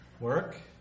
Work